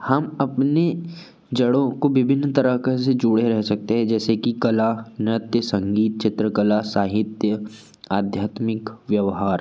हम अपने जड़ों काे विभिन्न तरीके से जोड़े रहे सकते हैं जैसे कि कला नृत्य संगीत चित्रकला साहित्य आध्यात्मिक व्यवहार